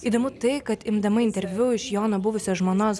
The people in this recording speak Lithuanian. įdomu tai kad imdama interviu iš jono buvusios žmonos